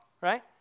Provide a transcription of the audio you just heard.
right